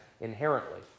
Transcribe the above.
inherently